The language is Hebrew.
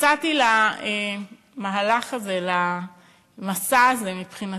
יצאתי למהלך הזה, למסע הזה, מבחינתי,